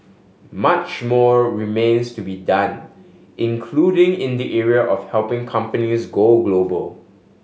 much more remains to be done including in the area of helping companies go global